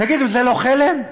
תגידו, זה לא חלם?